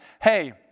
hey